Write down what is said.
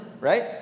right